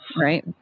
right